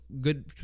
good